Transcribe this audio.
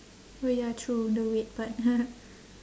oh ya true the weight part